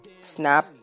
Snap